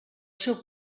seu